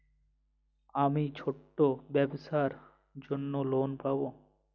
আমি ছোট ব্যবসার জন্য লোন পাব?